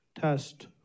test